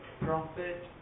profit